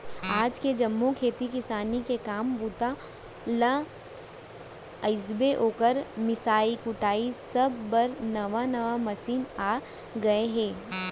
आज के जम्मो खेती किसानी के काम बूता ल कइबे, ओकर मिंसाई कुटई सब बर नावा नावा मसीन आ गए हे